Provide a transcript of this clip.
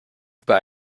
über